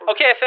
Okay